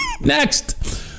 next